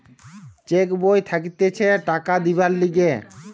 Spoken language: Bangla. চেক বই থাকতিছে টাকা দিবার লিগে